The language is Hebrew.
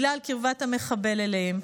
בגלל קרבת המחבל אליהם.